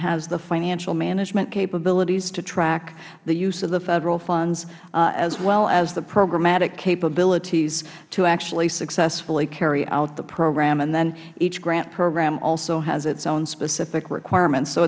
has the financial management capabilities to track the use of the federal funds as well as the programmatic capabilities to actually successfully carry out the program then each grant program also has its own specific requirement